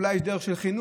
אולי יש דרך של חינוך,